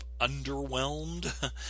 underwhelmed